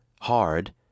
hard